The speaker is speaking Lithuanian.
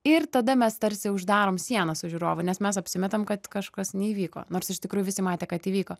ir tada mes tarsi uždarom sienas su žiūrovu nes mes apsimetam kad kažkas neįvyko nors iš tikrųjų visi matė kad įvyko